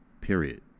period